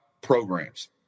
programs